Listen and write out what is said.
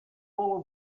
will